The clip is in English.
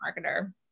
marketer